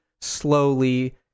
slowly